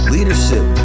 Leadership